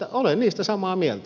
olen niistä samaa mieltä